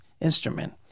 instrument